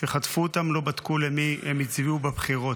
כשחטפו אותם, לא בדקו למי הם הצביעו בבחירות.